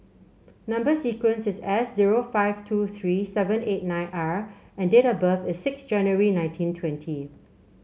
number sequence is S zero five two three seven eight nine R and date of birth is six January nineteen twenty